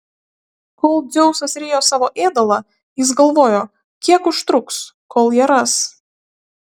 kol dzeusas rijo savo ėdalą jis galvojo kiek užtruks kol ją ras